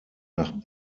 nach